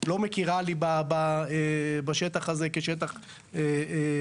לא מכירה לי בשטח הזה כשטח קיים.